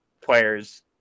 players